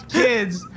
kids